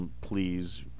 please